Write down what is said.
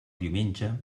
diumenge